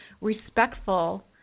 respectful